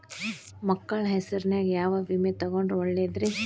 ಮಕ್ಕಳ ಹೆಸರಿನ್ಯಾಗ ಯಾವ ವಿಮೆ ತೊಗೊಂಡ್ರ ಒಳ್ಳೆದ್ರಿ?